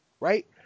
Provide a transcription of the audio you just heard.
Right